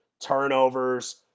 Turnovers